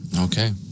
Okay